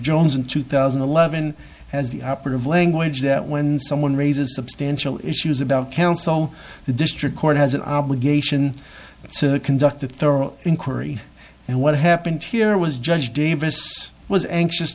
jones in two thousand and eleven as the operative language that when someone raises substantial issues about counsel the district court has an obligation to conduct a thorough inquiry and what happened here was judge davis was anxious